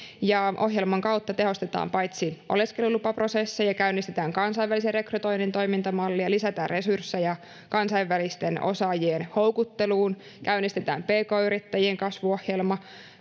ohjelman kautta tehostetaan oleskelulupaprosesseja ja käynnistetään kansainvälisiä rekrytoinnin toimintamalleja lisätään resursseja kansainvälisten osaajien houkutteluun ja käynnistetään pk yrittäjien kasvuohjelmaa